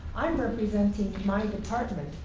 i'm representing my department